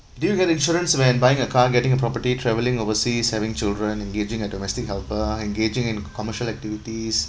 did you get insurance when buying a car getting a property travelling overseas having children engaging a domestic helper engaging in commercial activities